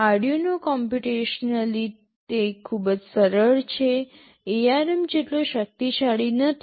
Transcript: Arduino computationally તે ખૂબ જ સરળ છે ARM જેટલો શક્તિશાળી નથી